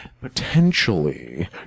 potentially